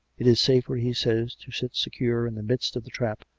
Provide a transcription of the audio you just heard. it is safer, he says, to sit secure in the midst of the trap,